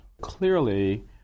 Clearly